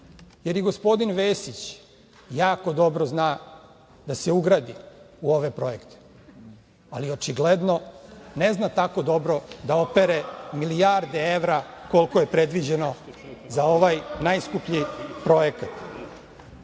jer i gospodin Vesić jako dobro zna da se ugradi u ove projekte, ali očigledno ne zna tako dobro da opere milijarde evra koliko je predviđeno za ovaj najskuplji projekat. Nije